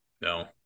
No